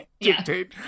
dictate